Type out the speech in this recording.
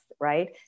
right